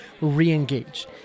re-engage